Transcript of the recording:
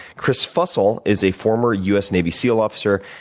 chris fussell is a former u s. navy seal officer,